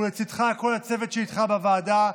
ולצד זה לכל הצוות שאיתך בוועדה.